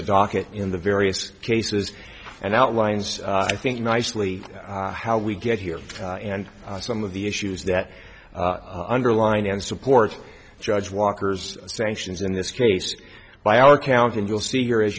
the docket in the various cases and outlines i think nicely how we get here and some of the issues that underline and support judge walker's sanctions in this case by our count and you'll see here as